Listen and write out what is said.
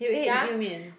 you ate 幼面